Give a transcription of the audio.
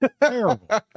terrible